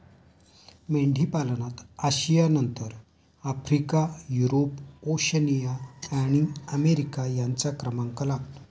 मेंढीपालनात आशियानंतर Africa, Europe, Oceania आणि अमेरिका यांचा क्रमांक लागतो